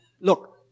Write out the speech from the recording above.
look